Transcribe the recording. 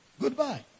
Goodbye